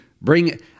bring